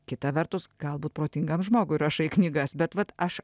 kita vertus galbūt protingam žmogui rašai knygas bet vat aš